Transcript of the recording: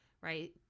right